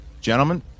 Gentlemen